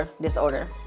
disorder